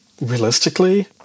realistically